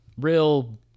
real